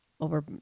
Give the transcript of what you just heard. over